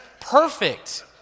Perfect